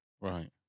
Right